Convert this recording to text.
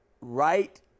Right